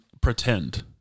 pretend